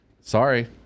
sorry